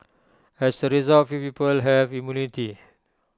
as A result few people have immunity